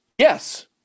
Yes